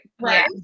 Right